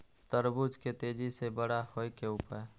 तरबूज के तेजी से बड़ा होय के उपाय?